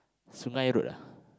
Sungei Road ah